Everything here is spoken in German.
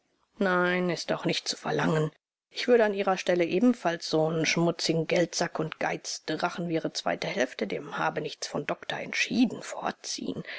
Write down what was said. nein ist auch nicht zu verlangen ich würde an ihrer stelle ebenfalls so'n schmutzigen geldsack und geizdrachen wie ihre zweite hälfte dem habenichts von doktor entschieden vorziehen